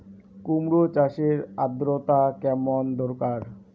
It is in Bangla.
কুমড়ো চাষের আর্দ্রতা কেমন দরকার?